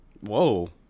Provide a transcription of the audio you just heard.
Whoa